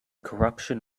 corruption